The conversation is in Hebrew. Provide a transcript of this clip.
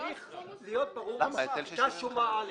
צריך להיות ברור שהייתה שומה א',